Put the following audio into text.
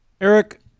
Eric